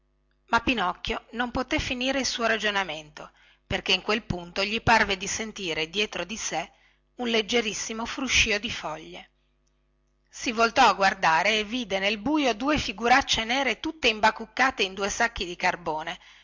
ma pinocchio non poté finire il suo ragionamento perché in quel punto gli parve di sentire dietro di sé un leggerissimo fruscio di foglie si voltò a guardare e vide nel buio due figuracce nere tutte imbacuccate in due sacchi da carbone